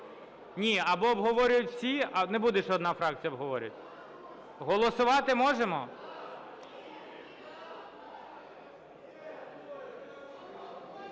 Ні. Або обговорюють всі, не буде, що одна фракція обговорює. Голосувати можемо?